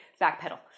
backpedal